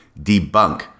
debunk